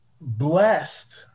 blessed